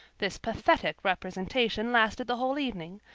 this pathetic representation lasted the whole evening,